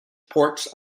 ports